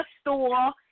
store